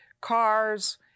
cars